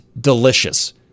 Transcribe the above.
delicious